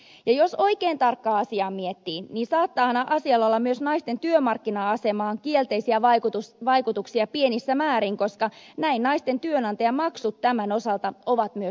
ja jos oikein tarkkaan asiaa miettii niin saattaahan asialla olla myös naisten työmarkkina asemaan kielteisiä vaikutuksia pienissä määrin koska näin naisten työnantajamaksut tämän osalta ovat myös suuremmat